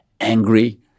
angry